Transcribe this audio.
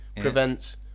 prevents